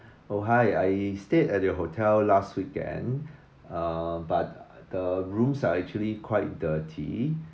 oh hi I stayed at your hotel last weekend uh but the rooms are actually quite dirty